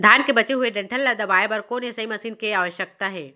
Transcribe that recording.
धान के बचे हुए डंठल ल दबाये बर कोन एसई मशीन के आवश्यकता हे?